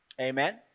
Amen